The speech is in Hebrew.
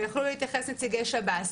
ויוכלו להתייחס נציגי שב"ס,